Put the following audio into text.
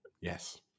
Yes